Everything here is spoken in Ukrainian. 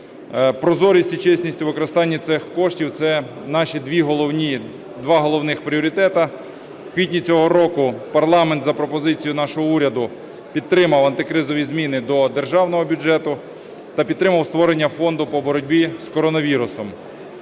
Прозорість і чесність у використанні цих коштів – це наших два голових пріоритети. У квітні цього року парламент за пропозицією нашого уряду підтримав антикризові зміни до Державного бюджету та підтримав створення фонду по боротьбі з коронавірусом.